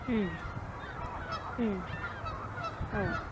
उम उम औ